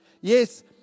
Yes